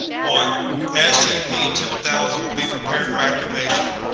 one scp two thousand will be prepared for activation,